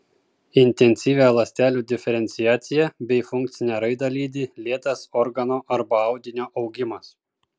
intensyvią ląstelių diferenciaciją bei funkcinę raidą lydi lėtas organo arba audinio augimas